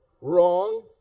Wrong